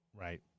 right